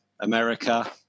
America